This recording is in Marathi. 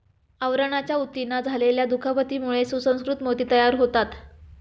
आवरणाच्या ऊतींना झालेल्या दुखापतीमुळे सुसंस्कृत मोती तयार होतात